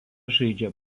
žaidžia